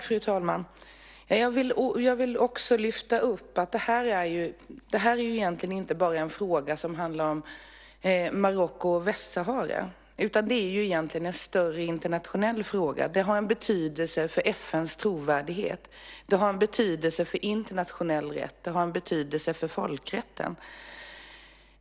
Fru talman! Jag vill också lyfta fram att det här inte bara är en fråga som handlar om Marocko och Västsahara. Det är egentligen en större internationell fråga. Den har betydelse för FN:s trovärdighet. Den har betydelse för internationell rätt. Den har betydelse för folkrätten.